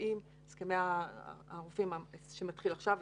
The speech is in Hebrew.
הרופאים שמתחיל עכשיו,